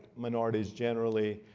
minorities generally,